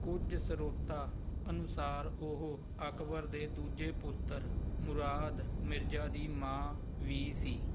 ਕੁਝ ਸਰੋਤਾਂ ਅਨੁਸਾਰ ਉਹ ਅਕਬਰ ਦੇ ਦੂਜੇ ਪੁੱਤਰ ਮੁਰਾਦ ਮਿਰਜ਼ਾ ਦੀ ਮਾਂ ਵੀ ਸੀ